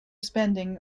spending